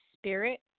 Spirit